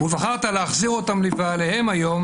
ובחרת להחזיר אותן לבעליהם היום,